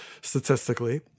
statistically